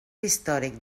històric